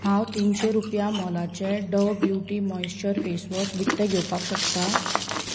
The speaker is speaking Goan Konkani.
हांव तिनशे रुपया मोलाचें Dove beauty moisture face wash विकतें घेवपाक शकता